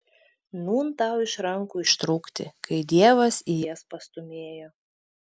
nūn tau iš rankų ištrūkti kai dievas į jas pastūmėjo